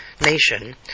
nation